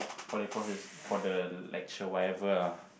for the courses for the lecture whatever lah